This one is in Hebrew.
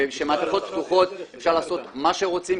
וכשמעטפות פתוחות אפשר לעשות מה שרוצים.